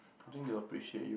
I think they will appreciate you